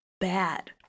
bad